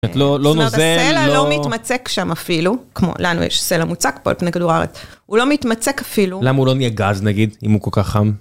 לא נוזל, לא מתמצק שם אפילו, כמו לנו יש סלע מוצק פה על פני כדור הארץ, הוא לא מתמצק אפילו, למה הוא לא נהיה גז נגיד, אם הוא כל כך חם?